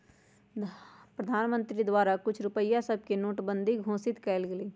प्रधानमंत्री द्वारा कुछ रुपइया सभके नोटबन्दि घोषित कएल गेलइ